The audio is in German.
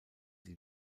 die